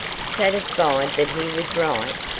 satisfied that he was right,